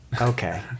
Okay